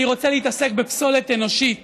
אני רוצה להתעסק בפסולת אנושית